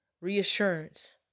reassurance